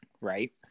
Right